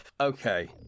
Okay